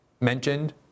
mentioned